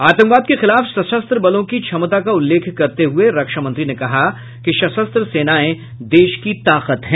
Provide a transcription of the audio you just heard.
आतंकवाद के खिलाफ सशस्त्र बलों की क्षमता का उल्लेख करते हुए रक्षामंत्री ने कहा कि सशस्त्र सेनायें देश की ताकत हैं